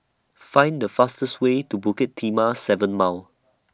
Find The fastest Way to Bukit Timah seven Mile